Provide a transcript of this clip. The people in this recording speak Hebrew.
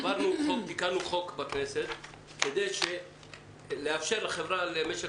תיקנו חוק בכנסת כדי לאפשר לחברה למשק